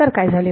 तर काय झाले